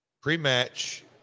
Pre-match